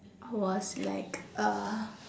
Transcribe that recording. I was like uh